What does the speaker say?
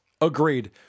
agreed